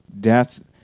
Death